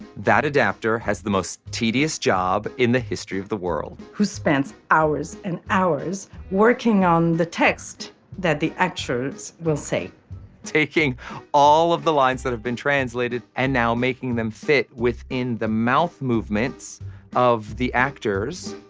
that adaptor has the most tedious job in the history of the world who spends hours and hours working on the text that the actors will say taking all the lines that have been translated and now making them fit within the mouth movements of the actors